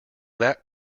that